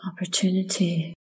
opportunity